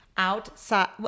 outside